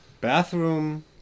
Bathroom